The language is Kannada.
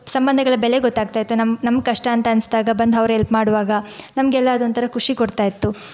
ಸಂಬಂಧಗಳ ಬೆಲೆ ಗೊತ್ತಾಗ್ತಾ ಇತ್ತು ನಮ್ಮ ನಮ್ಗೆ ಕಷ್ಟ ಅಂತ ಅನ್ಸ್ದಾಗ ಬಂದು ಅವ್ರು ಹೆಲ್ಪ್ ಮಾಡುವಾಗ ನಮಗೆಲ್ಲ ಅದೊಂಥರ ಖುಷಿ ಕೊಡ್ತಾ ಇತ್ತು